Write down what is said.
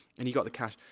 and you've got the cash.